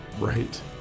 Right